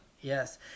Yes